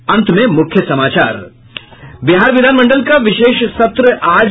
और अब अंत में मुख्य समाचार बिहार विधानमंडल का विशेष सत्र आज